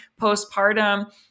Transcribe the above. postpartum